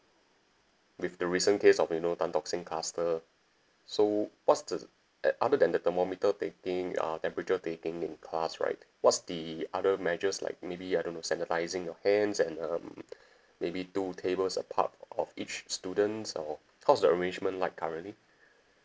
with the recent case of you know tan tock seng cluster so what's the that other than that thermometer taking uh temperature taking in class right what's the other measures like maybe I don't know sanitising your hands and um maybe two tables apart of each student or how's the arrangement like currently